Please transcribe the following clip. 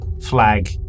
flag